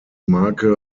marke